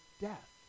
death